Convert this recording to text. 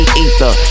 ether